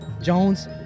Jones